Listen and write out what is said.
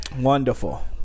Wonderful